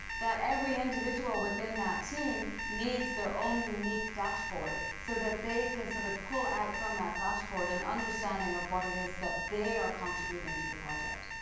that every individual within that team needs their own unique dashboard so that they can sort of pull out from that dashboard an understanding of what it is that they are contributing to the project.